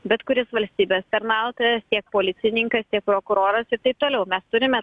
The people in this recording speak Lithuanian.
bet kuris valstybės tarnautojas tiek policininkas tiek prokuroras ir taip toliau mes turime